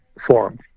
forum